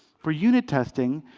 for unit testing,